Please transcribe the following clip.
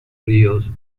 ríos